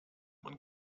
man